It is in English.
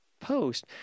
post